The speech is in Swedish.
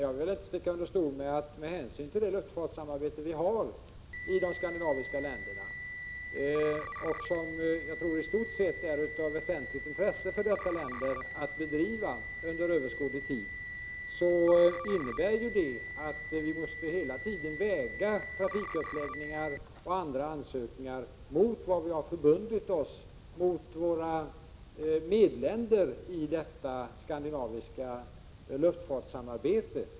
Jag vill inte sticka under stol med att det med hänsyn till luftfartssamarbetet mellan de skandinaviska länderna — som jag tror på det hela taget är av stort intresse för dessa länder under överskådlig tid — är nödvändigt att hela tiden väga trafikuppläggningar och andra ansökningar mot vad vi har förbundit oss gentemot de övriga skandinaviska länderna.